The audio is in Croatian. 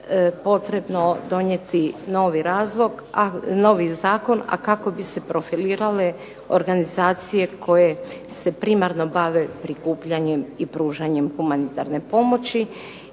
potrebno donijeti novi zakon, a kako bi se profilirale organizacije koje se primarno bave prikupljanjem i pružanjem humanitarne pomoći,